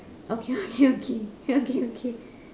okay okay okay okay okay